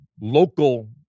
local